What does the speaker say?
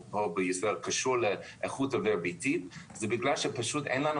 בישראל קשורה לאיכות האוויר הביתי זה בגלל שאין לנו